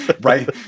Right